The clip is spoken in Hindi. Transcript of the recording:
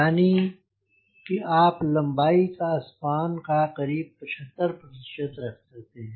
यानि कि आप लम्बाई को स्पान का करीब 75 रख सकते हैं